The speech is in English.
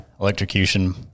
Electrocution